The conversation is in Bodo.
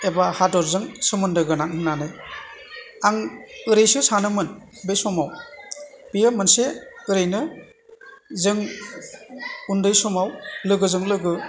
एबा हादरजों सोमोन्दो गोनां होन्नानै आं ओरैसो सानोमोन बे समाव बेयो मोनसे ओरैनो जों उन्दै समाव लोगोजों लोगो